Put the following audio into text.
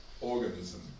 organism